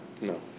No